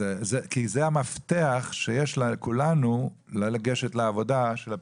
זה הפתח שיש לכולנו לגשת לעבודה של הפיקוח.